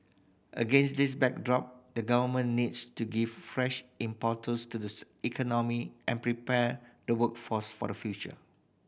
against this backdrop the Government needs to give fresh impetus to the economy and prepare the workforce for the future